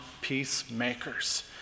peacemakers